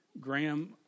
Graham